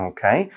Okay